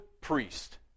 priest